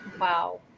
Wow